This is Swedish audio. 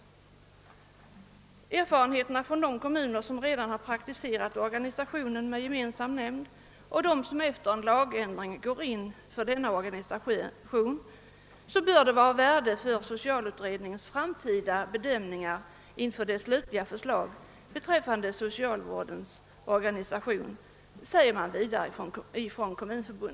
Vidare framhåller Kommunförbundet, att erfarenheterna från de kommuner som redan har praktiserat organisationen med gemensam nämnd — liksom för dem som efter en lagändring går in för denna organisation — bör vara av värde för socialutredningens framtida bedömningar inför det slutliga förslaget beträffande socialvårdens organisation.